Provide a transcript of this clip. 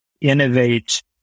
innovate